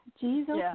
Jesus